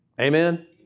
Amen